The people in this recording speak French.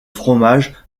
fromages